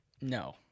no